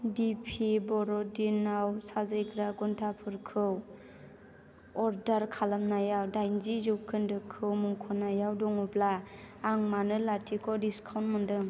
DP बर' दिनाव साजायग्रा घन्टाफोरखौ अर्डार खालामनायाव दाइनजि जौखोन्दोखौ मुंख'नायाव दङब्ला आं मानो लाथिख' डिसकाउन्ट मोनदों